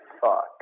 fuck